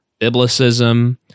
biblicism